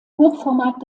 hochformat